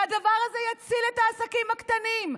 שהדבר הזה יציל את העסקים הקטנים,